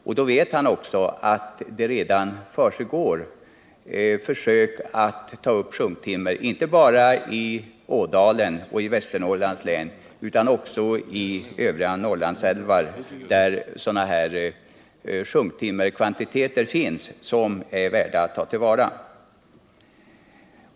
Han torde då också redan veta att det pågår försök att ta upp sjunktimmer från älvbottnar inte bara i Ådalen och i Västernorrlands län utan också i övriga Norrlandsälvar, där det finns sjunktimmerkvantiteter som är värda att ta till vara.